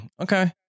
Okay